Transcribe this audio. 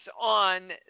on